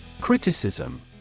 Criticism